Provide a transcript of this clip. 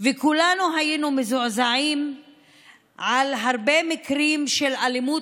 כולנו היינו מזועזעים מהרבה מקרים של אלימות